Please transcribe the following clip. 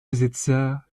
besitzer